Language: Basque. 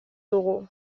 dugu